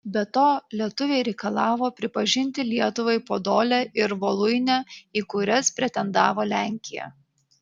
be to lietuviai reikalavo pripažinti lietuvai podolę ir voluinę į kurias pretendavo lenkija